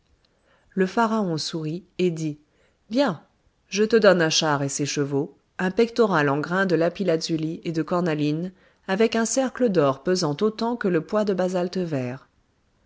le pharaon sourit et dit bien je te donne un char et ses chevaux un pectoral en grains de lapis-lazuli et de cornaline avec un cercle d'or pesant autant que le poids de basalte vert